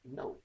no